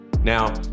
Now